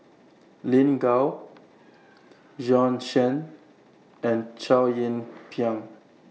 Lin Gao Bjorn Shen and Chow Yian Ping